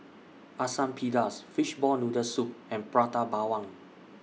Asam Pedas Fishball Noodle Soup and Prata Bawang